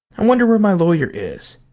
i wonder where my lawyer is.